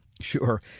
Sure